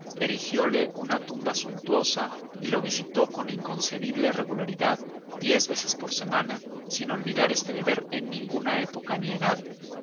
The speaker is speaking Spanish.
hijo erigiole una tumba suntuosa y lo visitó con inconcebible regularidad diez veces por semana sin olvidar este deber en ninguna época ni edad